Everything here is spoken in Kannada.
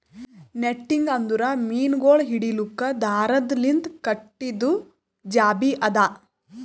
ನೆಟ್ಟಿಂಗ್ ಅಂದುರ್ ಮೀನಗೊಳ್ ಹಿಡಿಲುಕ್ ದಾರದ್ ಲಿಂತ್ ಕಟ್ಟಿದು ಜಾಲಿ ಅದಾ